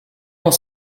dans